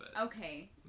Okay